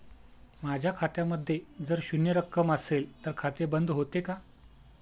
माझ्या खात्यामध्ये जर शून्य रक्कम असेल तर खाते बंद होते का?